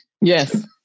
Yes